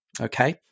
okay